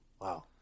Wow